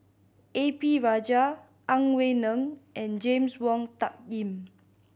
A P Rajah Ang Wei Neng and James Wong Tuck Yim